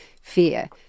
fear